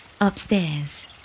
upstairs